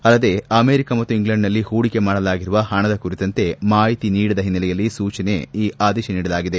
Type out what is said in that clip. ಅಲ್ಲದೆ ಅಮೆರಿಕಾ ಮತ್ತು ಇಂಗ್ಲೆಂಡ್ನಲ್ಲಿ ಹೂಡಿಕೆ ಮಾಡಲಾಗಿರುವ ಹಣದ ಕುರಿತಂತೆ ಮಾಹಿತಿ ನೀಡದ ಹಿನ್ನೆಲೆಯಲ್ಲಿ ಸೂಚನೆ ಈ ಆದೇಶ ನೀಡಲಾಗಿದೆ